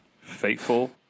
faithful